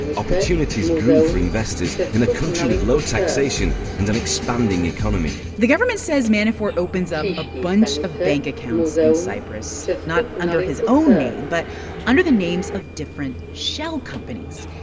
opportunities grew for investors in a country with low taxation and an expanding economy the government says manafort opens up a bunch of bank accounts in cyprus not under his own name but under the names of different shell companies.